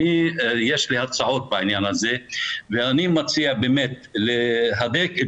יש לי הצעות בעניין הזה ואני מציע להדק את